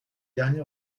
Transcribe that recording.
dernier